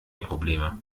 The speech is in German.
probleme